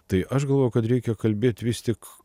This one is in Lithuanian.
tai aš galvoju kad reikia kalbėt vis tik